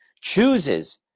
chooses